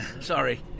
Sorry